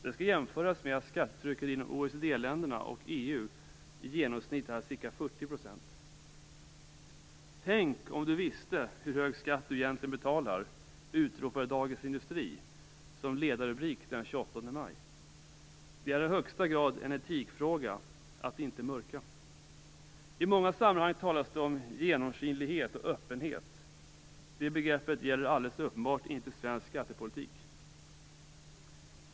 Det skall jämföras med att skattetrycket inom OECD-länderna och EU i genomsnitt är ca 40 %. "Tänk om du visste hur hög skatt du egentligen betalar! ", utropade Dagens Industri i en ledarrubrik den 28 maj. Det är i högsta grad en etikfråga, dvs. att inte mörka. I många sammanhang talas det om genomskinlighet och öppenhet. De begreppen gäller alldeles uppenbart inte svensk skattepolitik.